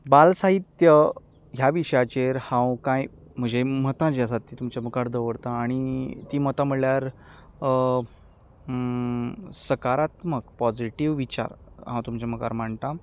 बाल साहित्य ह्या विशयाचेर हांव कांय जीं म्हजी मतां जीं आसात तीं तुमचे मुखार दवरता आनी तीं मतां म्हणल्यार सकारात्मक पॉजिटीव विचार हांव तुमचे मुखार मांडटा